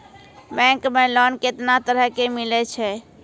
Bank मे loan कैतना तरह के मिलै छै?